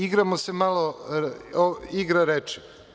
Igramo se malo igre reči.